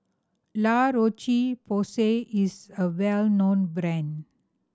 La Roche Porsay is a well known brand